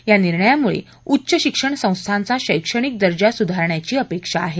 या निर्णयामुळे उच्च शिक्षण संस्थांचा शैक्षणिक दर्जा सुधारण्याची अपेक्षा आहे